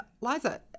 Liza